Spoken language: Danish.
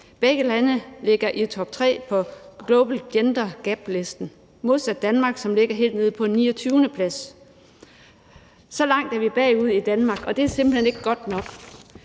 Begge lande ligger i toptre på listen i »Global Gender Gap Report« modsat Danmark, som ligger helt nede på en 29.-plads. Så langt er vi bagud i Danmark, og det er simpelt hen ikke godt nok.